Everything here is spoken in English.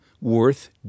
worth